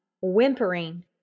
whimpering